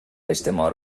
اجتماع